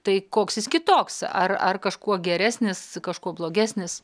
tai koks jis kitoks ar ar kažkuo geresnis kažkuo blogesnis